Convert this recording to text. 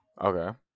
Okay